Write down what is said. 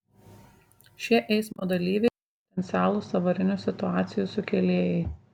šie eismo dalyviai potencialūs avarinių situacijų sukėlėjai